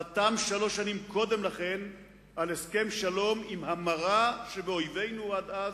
חתם שלוש שנים קודם לכן על הסכם שלום עם המרה שבאויבינו עד אז,